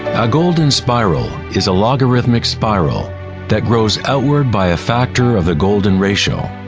a golden spiral is a logarithmic spiral that grows outward by a factor of the golden ratio.